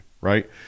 right